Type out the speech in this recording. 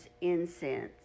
incense